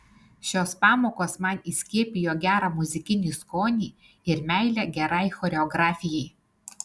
šios pamokos man įskiepijo gerą muzikinį skonį ir meilę gerai choreografijai